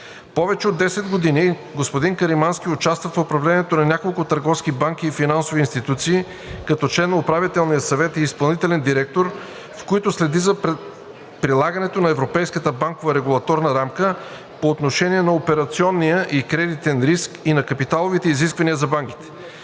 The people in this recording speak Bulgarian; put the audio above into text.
Повече от 10 години Любомир Каримански участва в управлението на няколко търговски банки и финансови институции като член на управителния съвет и изпълнителен директор, в които следи за прилагането на Европейската банкова регулаторна рамка по отношение на операционния и кредитен риск и на капиталовите изисквания за банките.